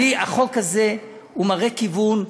החוק הזה מראה כיוון,